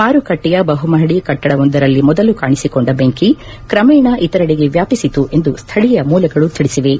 ಮಾರುಕಟ್ಟೆಯ ಬಹುಮಹಡಿ ಕಟ್ಟಡವೊಂದರಲ್ಲಿ ಮೊದಲು ಕಾಣಿಸಿಕೊಂಡ ಬೆಂಕಿ ಕ್ರಮೇಣ ಇತರೆಡೆಗೆ ವ್ಯಾಪಸಿತು ಎಂದು ಸ್ಥಳೀಯ ಮೂಲಗಳು ತಿಳಿಸಿವೆ